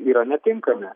yra netinkami